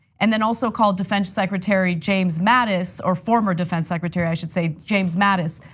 and then also called defense secretary james mattis, or former defense secretary i should say, james mattis,